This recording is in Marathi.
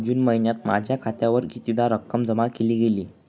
जून महिन्यात माझ्या खात्यावर कितीदा रक्कम जमा केली गेली?